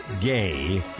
Gay